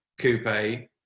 coupe